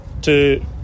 Two